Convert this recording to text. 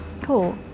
Cool